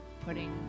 putting